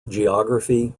geography